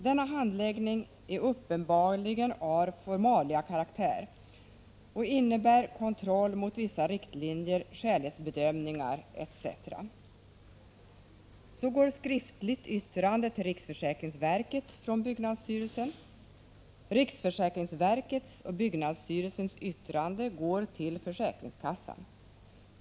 Denna handläggning är uppenbarligen av formaliakaraktär och innebär kontroll mot vissa riktlinjer, skälighetsbedömningar etc. 9. Riksförsäkringsverkets och byggnadsstyrelsens yttranden går till försäkringskassan.